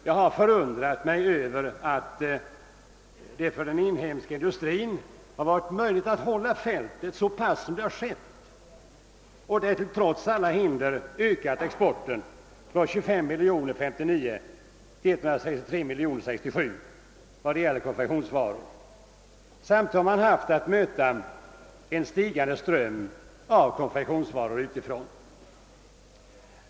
Jag har förundrat mig över att det för den inhemska industrin har varit möjligt att hålla fältet så pass som skett och därtikl trots alla hinder öka exporten av könfektionsvaror från 25 miljoner kronor 1959 till 163 miljoner 1967. Samtidigt har man haft att möta en stigande ström av konfektionsvaror utifrån.